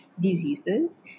diseases